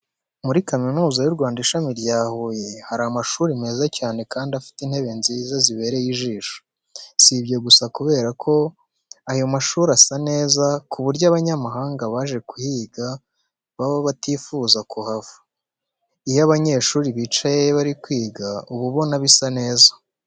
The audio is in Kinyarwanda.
Muri Kaminuza y'u Rwanda, Ishami rya Huye hari amashuri meza cyane kandi afite intebe nziza zibereye ijisho. Si ibyo gusa kubera ko ayo mashuri asa neza ku buryo abanyamahanga baje kuhigira baba batifuza kuhava. Iyo abanyeshuri bicaye bari kwiga uba ubona bisa neza.